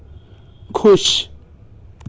खुश